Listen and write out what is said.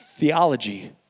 theology